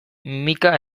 micka